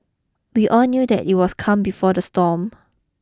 we all knew that it was calm before the storm